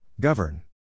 Govern